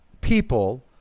people